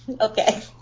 Okay